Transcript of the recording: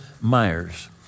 Myers